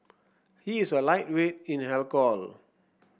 he is a lightweight in alcohol